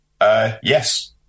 Yes